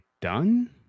done